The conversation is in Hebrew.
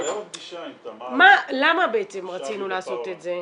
הייתה לנו פגישה עם תמר -- למה בעצם רצינו לעשות את זה?